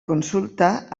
consulta